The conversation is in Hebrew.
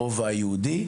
ברובע היהודי,